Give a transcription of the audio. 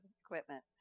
equipment